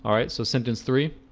um right, so sentence three